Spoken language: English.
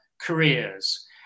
careers